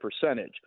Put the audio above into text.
percentage